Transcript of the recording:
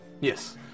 Yes